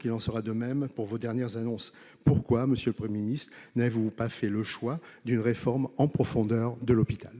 qu'il en sera de même pour vos dernières annonces. Monsieur le Premier ministre, pourquoi n'avez-vous pas fait le choix d'une réforme en profondeur de l'hôpital ?